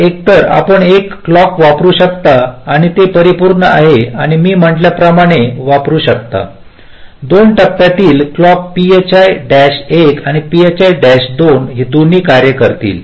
तर एकतर आपण एक क्लॉक वापरू शकता आणि ते परिपूर्ण आहे किंवा मी म्हटल्या प्रमाणे वापरू शकता दोन टप्प्यावरील क्लॉक phi 1 आणि phi 2 दोन्ही कार्य करतील